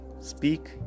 speak